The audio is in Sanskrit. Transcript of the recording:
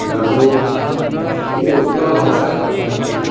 लड्डु इति उत्कलभाषा कथयन्ति